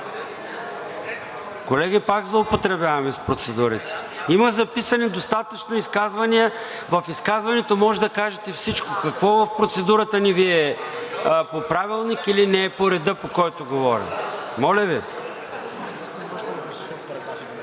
Колеги, пак злоупотребяваме с процедурите. Има записани достатъчно изказвания, в изказването може да кажете всичко. Какво в процедурата не Ви е… (Шум и реплики.) По Правилник или не е по реда, по който говорим? Моля Ви!